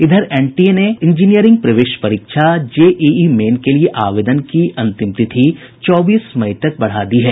इधर एनटीए ने इंजीनियरिंग प्रवेश परीक्षा जेईई मेन के लिए आवेदन की अंतिम तिथि चौबीस मई तक बढ़ा दी है